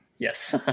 Yes